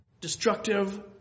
destructive